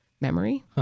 memory